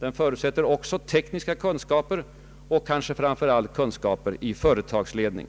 Den förutsätter också tekniska kunskaper och kanske framför allt kunskaper i företagsledning.”